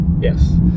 Yes